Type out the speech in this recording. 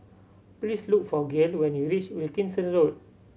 please look for Gayle when you reach Wilkinson Road